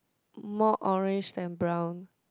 more orange than brown